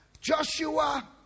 Joshua